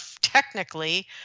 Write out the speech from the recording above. technically